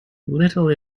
little